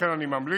לכן אני ממליץ